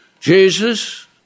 Jesus